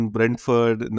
Brentford